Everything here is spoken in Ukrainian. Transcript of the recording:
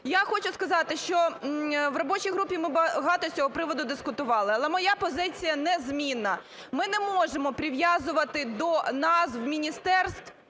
Я хочу сказати, що в робочій групі ми багато з цього приводу дискутували, але моя позиція незмінна. Ми не можемо прив'язувати до назв міністерств